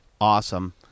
awesome